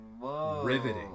riveting